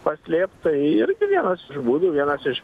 paslėpt tai irgi vienas iš būdų vienas iš